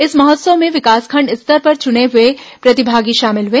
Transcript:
इस महोत्सव में विकासखण्ड स्तर पर चुने हुए प्रतिभागी शामिल हुए